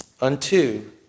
Unto